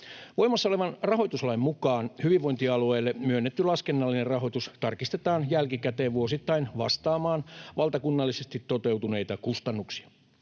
Voimassa olevan rahoituslain mukaan hyvinvointialueille myönnetty laskennallinen rahoitus tarkistetaan jälkikäteen vuosittain vastaamaan valtakunnallisesti toteutuneita kustannuksia.